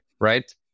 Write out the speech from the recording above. right